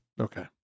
Okay